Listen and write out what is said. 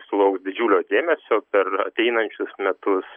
sulauks didžiulio dėmesio per ateinančius metus